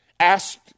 asked